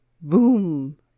boom